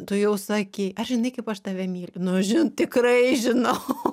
tu jau sakei ar žinai kaip aš tave myliu nu žin tikrai žinau